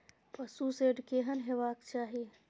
पशु शेड केहन हेबाक चाही?